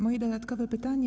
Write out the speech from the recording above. Moje dodatkowe pytanie.